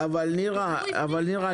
דברו עברית ואז האנשים יבינו.